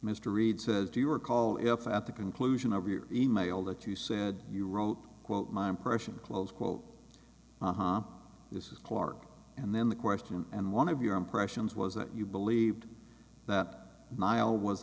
mr reed says do you recall enough at the conclusion of your email that you said you wrote quote my impression close quote this is clarke and then the question and one of your impressions was that you believed that mile was